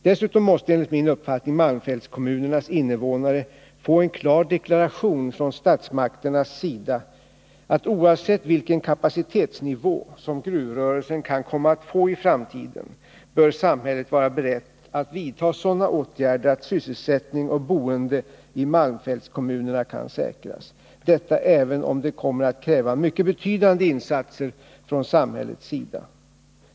Dessutom måste enligt min uppfattning malmfältskommunernas invånare få en klar deklaration från statsmakternas sida, att oavsett vilken kapacitetsnivå som gruvrörelsen kan få i framtiden bör samhället vara berett att vidta sådana åtgärder att sysselsättning och boende i malmfältskommunerna kan säkras — även om det kommer att kräva mycket betydande insatser av samhället.